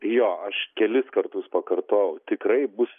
jo aš kelis kartus pakartojau tikrai bus